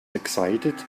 excited